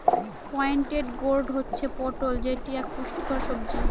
pointed gourd হচ্ছে পটল যেটি এক পুষ্টিকর সবজি